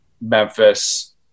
Memphis